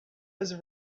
was